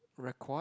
record